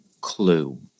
clue